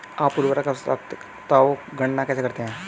आप उर्वरक आवश्यकताओं की गणना कैसे करते हैं?